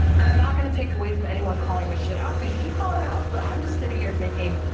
and i'm not going to take away from anyone calling the shit out cause you should call it out, but i'm just sitting here thinking